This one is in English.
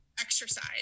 exercise